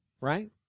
right